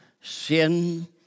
Sin